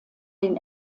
den